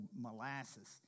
molasses